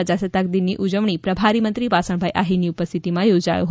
પ્રજાસત્તાક દિન ની ઉજવણી પ્રભારી મંત્રી વાસણભાઇ આહીરની ઉપસ્થિતિમાં યોજાયો